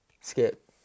Skip